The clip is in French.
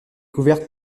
couverte